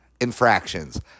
infractions